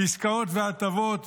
עסקאות והטבות,